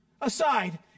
aside